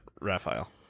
Raphael